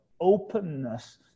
openness